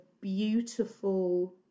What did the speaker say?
beautiful